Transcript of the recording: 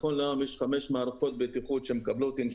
נכון להיום יש חמש מערכות בטיחות שמקבלות תמריץ